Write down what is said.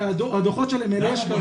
הדוחות שלהם מלאי שקרים.